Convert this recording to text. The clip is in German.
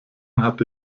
hatte